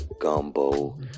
Gumbo